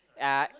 uh